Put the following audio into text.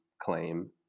claim